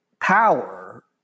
power